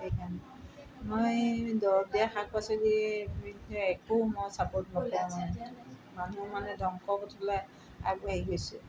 সেইকাৰণে মই দৰৱ দিয়া শাক পাচলিৰ বিষয়ে একো মই ছাপৰ্ট নকৰোঁ মানুহ মানে ধংসৰ পথলৈ আগবাঢ়ি গৈছে